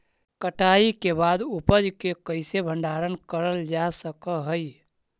कटाई के बाद उपज के कईसे भंडारण करल जा सक हई?